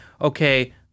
okay